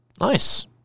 Nice